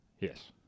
Yes